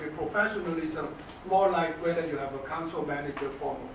professionalism more like whether you have a council manager for